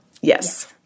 Yes